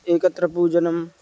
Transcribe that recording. एकत्र पूजनं